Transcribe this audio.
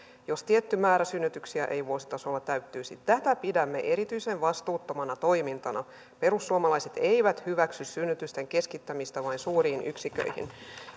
jos tietty määrä synnytyksiä ei vuositasolla täyttyisi tätä pidämme erityisen vastuuttomana toimintana perussuomalaiset eivät hyväksy synnytysten keskittämistä vain suuriin yksiköihin